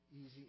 easy